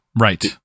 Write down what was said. Right